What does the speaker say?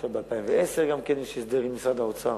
וגם ב-2010 יש הסדר עם משרד האוצר.